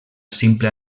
simple